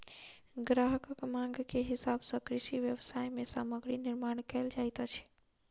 ग्राहकक मांग के हिसाब सॅ कृषि व्यवसाय मे सामग्री निर्माण कयल जाइत अछि